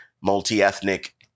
multi-ethnic